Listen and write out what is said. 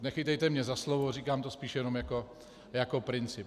Nechytejte mě za slovo, říkám to spíš jenom jako princip.